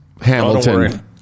Hamilton